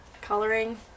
coloring